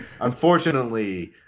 Unfortunately